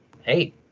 hey